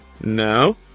No